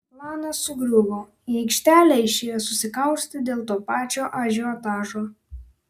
planas sugriuvo į aikštelę išėjo susikaustę dėl to pačio ažiotažo